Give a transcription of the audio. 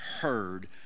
heard